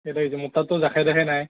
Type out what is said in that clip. দে দে হৈছে মোৰ তাততো জাখে তাখে নাই